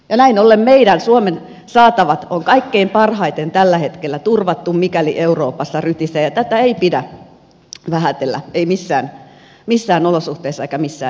näin ollen meidän suomen saatavat on kaikkein parhaiten tällä hetkellä turvattu mikäli euroopassa rytisee ja tätä ei pidä vähätellä ei missään olosuhteissa eikä missään nimessä